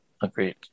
Agreed